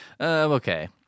okay